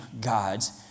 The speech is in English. God's